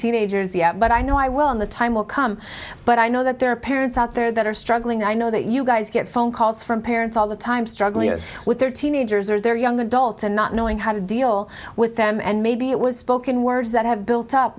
teenagers yet but i know i will in the time will come but i know that there are parents out there that are struggling i know that you guys get phone calls from parents all the time struggling with their teenagers or their young adults and not knowing how to deal with them and maybe it was spoken words that have built up